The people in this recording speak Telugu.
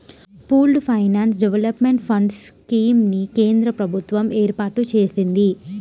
pooled finance development fund scheme ని కేంద్ర ప్రభుత్వం ఏర్పాటు చేసింది